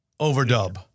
overdub